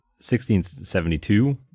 1672